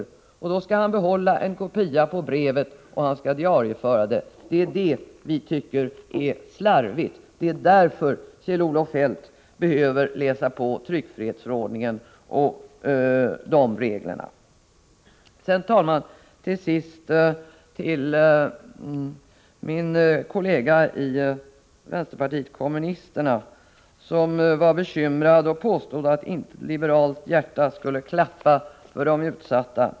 Då skall han diarieföra brevet och behålla en kopia av det. Det är på denna punkt som vi tycker att finansministern har varit slarvig, och det är därför som Kjell-Olof Feldt behöver läsa på tryckfrihetsförordningens regler. Min kollega i vänsterpartiet kommunisterna var bekymrad och påstod att ett liberalt hjärta inte skulle klappa för de utsatta.